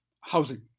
housing